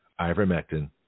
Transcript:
ivermectin